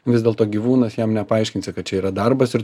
vis dėlto gyvūnas jam nepaaiškinsi kad čia yra darbas ir